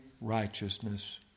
righteousness